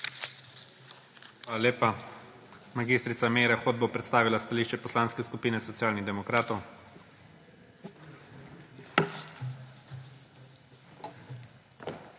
Hvala lepa. Mag. Meira Hot bo predstavila stališče Poslanske skupine Socialnih demokratov.